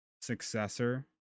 successor